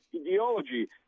Ideology